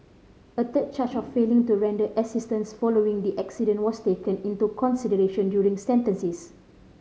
a third charge of failing to render assistance following the accident was taken into consideration during sentences